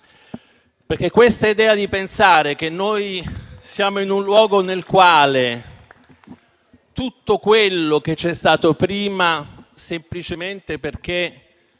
L'idea di pensare che noi siamo in un luogo nel quale tutto quello che c'è stato prima, semplicemente perché